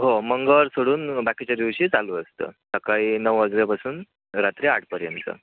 हो मंगळवार सोडून बाकीच्या दिवशी चालू असतं सकाळी नऊ वाजल्यापासून रात्री आठपर्यंत